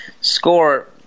score